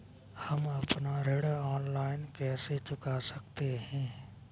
हम अपना ऋण ऑनलाइन कैसे चुका सकते हैं?